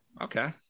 Okay